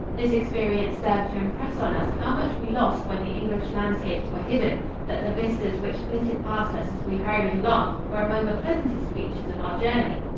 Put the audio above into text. this experience served to impress on us how much we lost when the english landscapes were hidden that the vistas which flitted past us as we hurried along were among the pleasantest features of our journey.